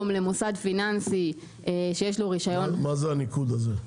למוסד פיננסי שיש לו רישיון --- מה זה הניקוד הזה?